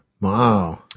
Wow